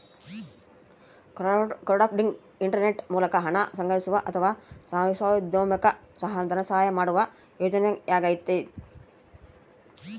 crowdfunding internet ಮೂಲಕ ಹಣ ಸಂಗ್ರಹಿಸುವ ಅಥವಾ ಸಾಹಸೋದ್ಯಮುಕ್ಕ ಧನಸಹಾಯ ಮಾಡುವ ಯೋಜನೆಯಾಗೈತಿ